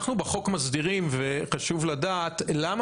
אנחנו בחוק מסדירים וחשוב לדעת למה